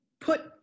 Put